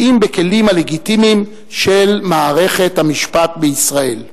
כי אם בכלים הלגיטימיים של מערכת המשפט בישראל.